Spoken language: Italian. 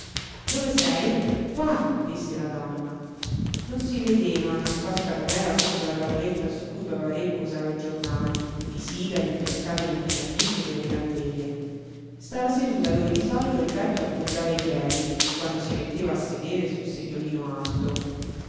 dove sei qua disse la donna non si vedeva nascosta com'era sotto la tavoletta su cui papa-re posava i giornali i sigari le scatole di fiammiferi e le candele stava seduta dove di solito il vecchio appoggiava i piedi quando si metteva a sedere sul sediolino alto